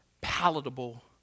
palatable